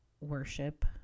worship